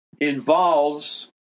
involves